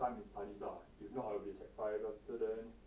time in studies lah if not I'll be sec five then after then